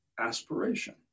aspiration